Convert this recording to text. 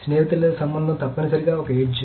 స్నేహితుల సంబంధం తప్పనిసరిగా ఒక ఎడ్జ్